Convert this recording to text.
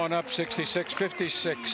on up sixty six fifty six